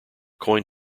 coin